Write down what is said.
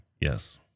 Yes